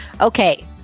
Okay